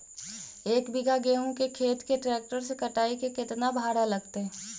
एक बिघा गेहूं के खेत के ट्रैक्टर से कटाई के केतना भाड़ा लगतै?